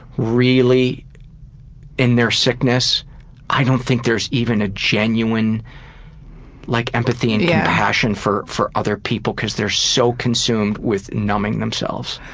really in their sickness i don't think there's even a genuine like empathy and compassion for for other people because they're so consumed with numbing themselves.